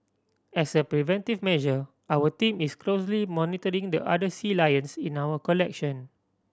as a preventive measure our team is closely monitoring the other sea lions in our collection